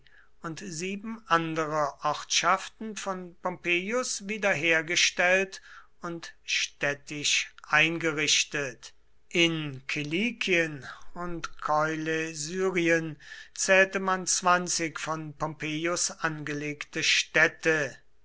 und sieben andere ortschaften von pompeius wiederhergestellt und städtisch eingerichtet in kilikien und koilesyrien zählte man zwanzig von pompeius angelegte städte